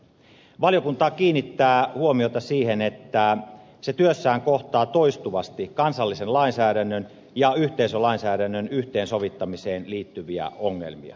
valiokunta kiinnittää huomiota siihen että se työssään kohtaa toistuvasti kansallisen lainsäädännön ja yhteisölainsäädännön yhteensovittamiseen liittyviä ongelmia